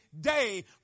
day